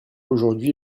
aujourd’hui